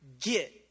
get